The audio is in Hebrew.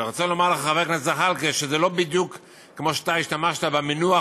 אני רוצה לומר לחבר הכנסת זחאלקה שזה לא בדיוק כמו שהשתמשת במינוח,